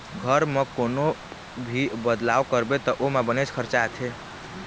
घर म कोनो भी बदलाव करबे त ओमा बनेच खरचा आथे